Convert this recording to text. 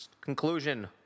conclusion